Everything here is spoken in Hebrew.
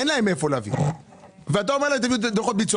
אין להם מהיכן להביא ואתה אומר להם להביא דוחות ביצוע.